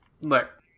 look